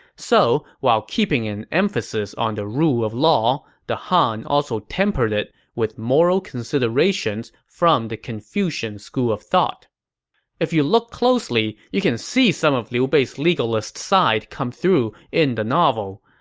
so while keeping an emphasis on the rule of law, the han also tempered it with moral considerations from the confucian school of thought if you look closely, you can see some of liu bei's legalist side come through in the novel.